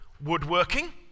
woodworking